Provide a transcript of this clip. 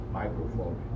microphone